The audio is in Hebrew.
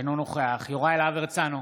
אינו נוכח יוראי להב הרצנו,